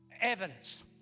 evidence